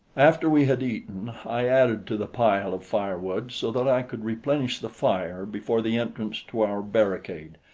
after we had eaten, i added to the pile of firewood so that i could replenish the fire before the entrance to our barricade,